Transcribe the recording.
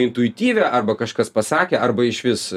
intuityvia arba kažkas pasakė arba išvis